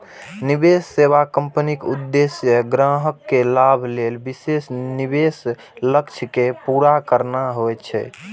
निवेश सेवा कंपनीक उद्देश्य ग्राहक के लाभ लेल विशेष निवेश लक्ष्य कें पूरा करना होइ छै